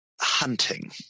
hunting